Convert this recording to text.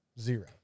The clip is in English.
Zero